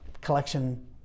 collection